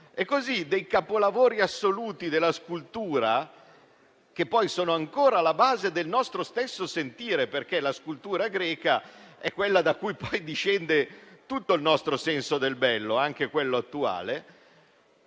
modo, dei capolavori assoluti della scultura, che sono ancora alla base del nostro stesso sentire (perché la scultura greca è quella da cui poi discende tutto il nostro senso del bello, anche quello attuale),